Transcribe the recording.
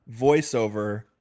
voiceover